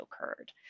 occurred